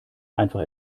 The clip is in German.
einfach